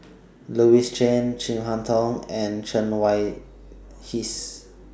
Louis Chen Chin Harn Tong and Chen Wen Hsi